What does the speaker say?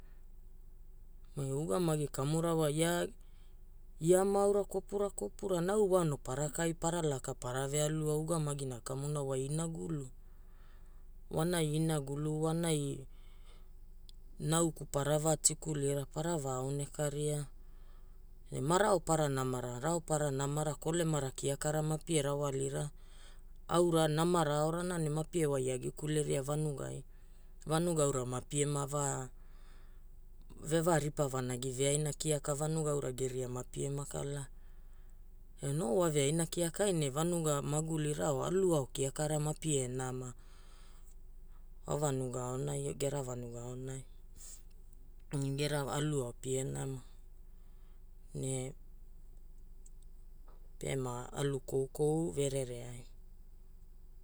Ugamagi kamura wa ia ma aura kopura kopura, na au wa anopara ka ai para laka para ve alu ao ugamagina kamuna wa inagulu. Wanai inagulu, nauku para va tikulira, para va aonekaria. Ne ma raopara namara, raopara namara kolemara kiakara ma pie rawalira, aura namara aorana mapie wai agi kuleria vanugai. Vanuga aura mapie ma va veva ripa vanagi veaina kiaka vanuga aura geria mapie ma kala. Ne no wa veaina kiakai ne vanuga magulira o alu ao kiakara mapie nama gera vanuga aonai. Alu ao pie nama ne pe ma alu koukou vererai.